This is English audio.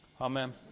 Amen